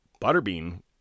Butterbean